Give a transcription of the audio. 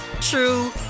true